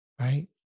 Right